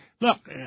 look